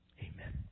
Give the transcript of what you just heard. Amen